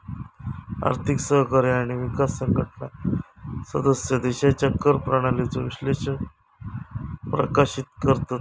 आर्थिक सहकार्य आणि विकास संघटना सदस्य देशांच्या कर प्रणालीचो विश्लेषण प्रकाशित करतत